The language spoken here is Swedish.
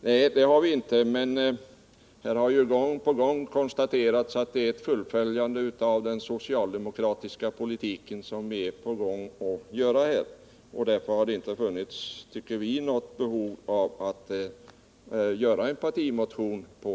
Nej, det har vi inte, men vi har gång på gång talat om att vi går in för att fullfölja den hittills förda socialdemokratiska regionalpolitiken. Därför har vi inte ansett att det funnits behov av någon partimotion.